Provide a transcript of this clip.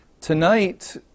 Tonight